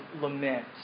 lament